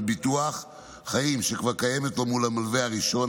ביטוח חיים שכבר קיימת אל מול המלווה הראשון,